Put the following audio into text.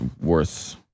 worth